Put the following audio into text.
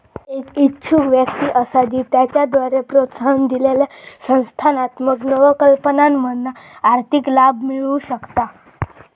एक इच्छुक व्यक्ती असा जी त्याच्याद्वारे प्रोत्साहन दिलेल्या संस्थात्मक नवकल्पनांमधना आर्थिक लाभ मिळवु शकता